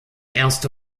erste